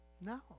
No